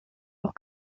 auch